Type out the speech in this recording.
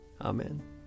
Amen